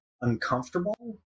uncomfortable